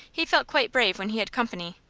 he felt quite brave when he had company,